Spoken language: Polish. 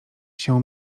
się